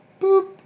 boop